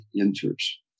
enters